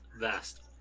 vast